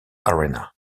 arena